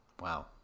Wow